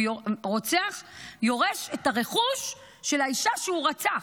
רוצח יורש את הרכוש של האישה שהוא רצח.